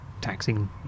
taxing